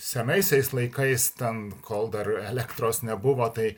senaisiais laikais ten kol dar elektros nebuvo tai